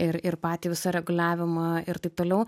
ir ir patį visą reguliavimą ir taip toliau